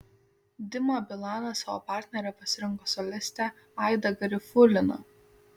dima bilanas savo partnere pasirinko solistę aidą garifuliną